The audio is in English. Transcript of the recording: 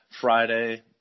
Friday